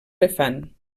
elefant